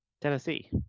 Tennessee